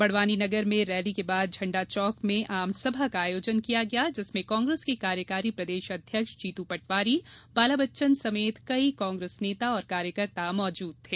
बड़वानी नगर में रैली के बाद झण्डा चौक में आमसभा का आयोजन किया गया जिसमें कांग्रेस के कार्यकारी प्रदेश अध्यक्ष जितु पटवारी बाला बच्चन समेत कई कांग्रेस नेता और कार्यकर्ता मौजूद थे